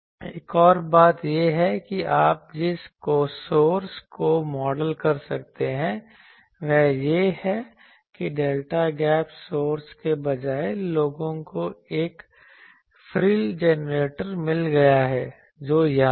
एक और बात यह है कि आप जिस सोर्स को मॉडल कर सकते हैं वह यह है कि डेल्टा गैप सोर्स के बजाय लोगों को एक फ्रिल जनरेटर मिल गया है जो यहां है